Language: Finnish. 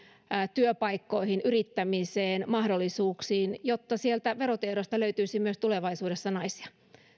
työpaikkoihin yrittämiseen ja mahdollisuuksiin ja jotta sieltä verotiedoista löytyisi myös tulevaisuudessa naisia